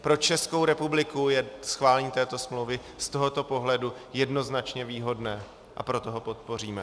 Pro Českou republiku je schválení této smlouvy z tohoto pohledu jednoznačně výhodné, a proto ho podpoříme.